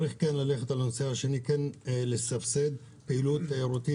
צריך ללכת על הנושא השני: לסבסד פעילות תיירותית